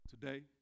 today